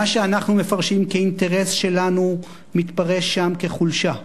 מה שאנחנו מפרשים כאינטרס שלנו מתפרש שם כחולשה.